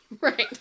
Right